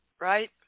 right